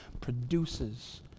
produces